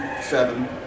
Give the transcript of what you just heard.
seven